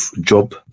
job